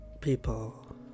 People